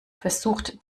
versucht